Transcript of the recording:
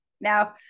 Now